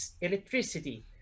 electricity